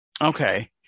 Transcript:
Okay